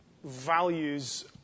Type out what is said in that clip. values